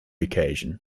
occasion